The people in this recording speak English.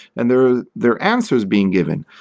and their their answer is being given.